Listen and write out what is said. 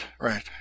right